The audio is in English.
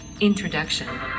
Introduction